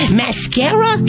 mascara